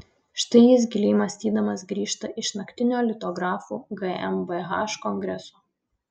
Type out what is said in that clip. štai jis giliai mąstydamas grįžta iš naktinio litografų gmbh kongreso